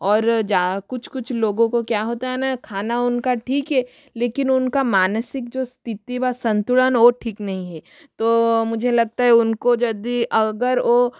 और जहाँ कुछ कुछ लोगों को क्या होता है ना खाना उनका ठीक है लेकिन उनका मानसिक जो स्थिति व संतुलन है वो ठीक नहीं है तो मुझे लगता हैं उनको यदि अगर वो